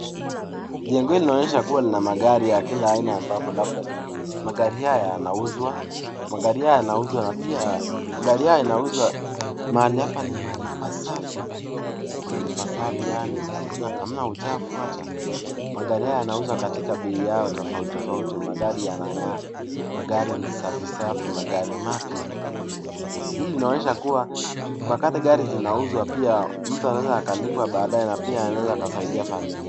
Jengo hili linaonesha kuwa lina magari ya kila aina labda ambapo magari haya yanauzwa, magari haya yanauzwa na pia mahali hapa ni mahali pasafi yaani hamna uchafu hata. Magari haya yanauzwa katika bei yao tofauti tofauti. Magari yanang'aa, magari ni safi safi, magari mapya. Hili linaonesha kuwa wakati magari zinauzwa mtu anaweza akalipa baadae na pia anaweza akasaidia familia.